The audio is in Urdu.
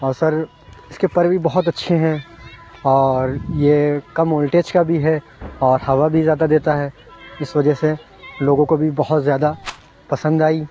اور سر اس کے پر بھی بہت اچھے ہیں اور یہ کم وولٹیج کا بھی ہے اور ہوا بھی زیادہ دیتا ہے اس وجہ سے لوگوں کو بھی بہت زیادہ پسند آئی